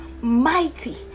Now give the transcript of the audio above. mighty